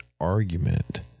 argument